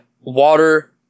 water